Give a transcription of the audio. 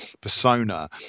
persona